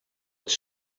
its